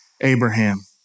Abraham